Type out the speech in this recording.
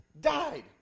died